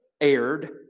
aired